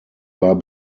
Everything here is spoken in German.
war